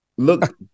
look